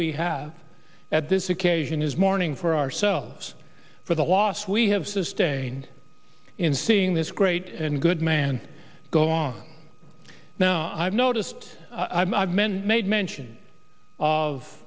we had at this occasion is mourning for ourselves for the loss we have sustained in seeing this great and good man go on now i've noticed i've men made mention of